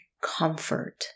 comfort